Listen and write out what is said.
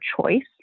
choice